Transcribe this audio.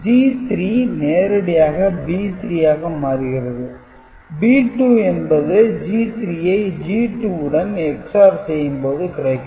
G3 நேரடியாக B3 ஆக மாறுகிறது B2 என்பது G3 ஐ G2 உடன் XOR செய்யும் போது கிடைக்கும்